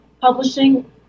publishing